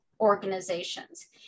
organizations